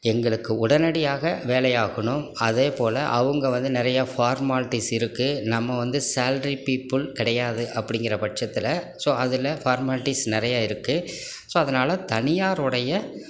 எங்களுக்கு உடனடியாக வேலை ஆகணும் அதேப்போல அவங்க வந்து நிறைய ஃபார்மாலிட்டீஸ் இருக்குது நம்ம வந்து சேலரி பீப்பிள் கிடையாது அப்படிங்கற பட்சத்தில் ஸோ அதில் ஃபார்மாலிட்டீஸ் நிறைய இருக்குது ஸோ அதனாலே தனியாரோடைய